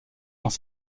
dans